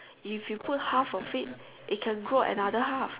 if you put half of it it can grow another half